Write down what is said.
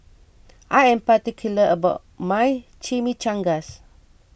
I am particular about my Chimichangas